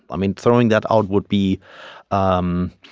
i mean, throwing that out would be um